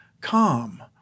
calm